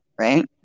Right